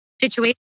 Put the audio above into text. situation